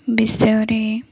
ବିଷୟରେ